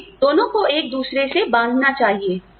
हमें दोनों को एक दूसरे से बांधना चाहिए